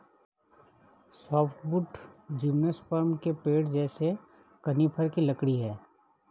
softwood gymnosperm के पेड़ों जैसे कॉनिफ़र की लकड़ी है